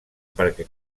perquè